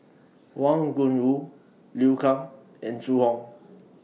Wang Gungwu Liu Kang and Zhu Hong